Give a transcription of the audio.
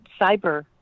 cyber